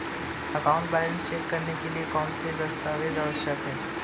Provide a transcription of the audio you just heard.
Account balance check करने के लिए कौनसे दस्तावेज़ आवश्यक हैं?